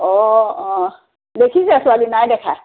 অঁ অঁ দেখিছে ছোৱালী নাই দেখা